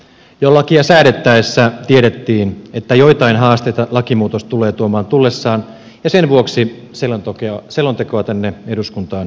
jo lakia säädettäessä tiedettiin että joitain haasteita lakimuutos tulee tuomaan tullessaan ja sen vuoksi selontekoa tänne eduskuntaan vaadittiinkin